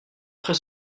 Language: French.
très